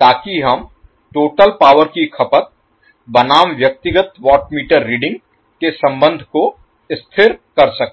ताकि हम total power की खपत बनाम व्यक्तिगत वाट मीटर रीडिंग के संबंध को स्थिर कर सकें